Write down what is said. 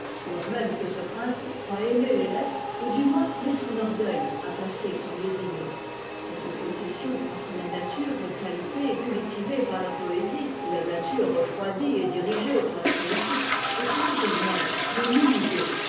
tors même que ce prince croit aimer les lettres ou du moins met son orgueil à passer pour les aimer cette opposition entre la nature exaltée et cultivée par la poésie et la nature refroidie et dirigée par la politique est une idée mère de mille idées